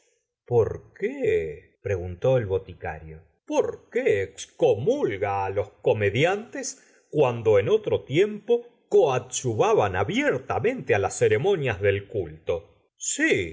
por qué preguntó el boticario por qué excomulga á los comediantes cuando en otro tiempo coadyuvaban abiertamente á las ceremonias del culto sí